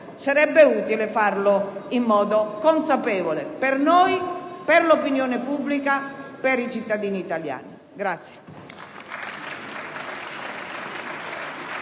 sarebbe utile farlo in modo consapevole, per noi, per l'opinione pubblica e per i cittadini italiani.